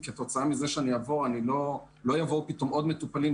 וכתוצאה מזה שאני אעבור לא יבואו פתאום עוד מטופלים.